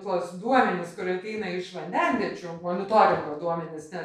tuos duomenis kurie ateina iš vandenviečių monitoringo duomenis nes